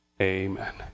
Amen